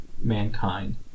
mankind